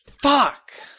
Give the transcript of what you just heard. Fuck